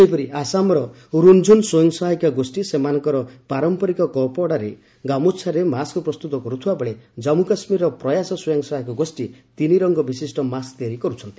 ସେହିପରି ଆସାମର ରୁନ୍ଝୁନ୍ ସ୍ୱୟଂସହାୟିକା ଗୋଷ୍ଠୀ ସେମାନଙ୍କର ପାରମ୍ପରିକ କପଡ଼ାରେ ଗାମୋଛାରେ ମାସ୍କ ପ୍ରସ୍ତୁତ କରୁଥିବା ବେଳେ ଜାନ୍ମୁ କାଶ୍ମୀରର ପ୍ରୟାସ ସ୍ୱୟଂସହାୟକ ଗୋଷ୍ଠୀ ତିନି ରଙ୍ଗ ବିଶିଷ୍ଟ ମାସ୍କ ତିଆରି କରୁଛନ୍ତି